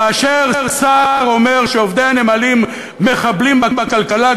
כאשר שר אומר שעובדי הנמלים מחבלים בכלכלה,